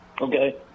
Okay